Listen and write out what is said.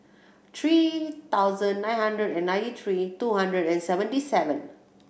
three thousand nine hundred and ninety three two hundred and seventy seven